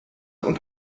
und